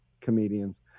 comedians